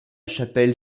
chapelle